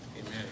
Amen